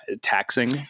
Taxing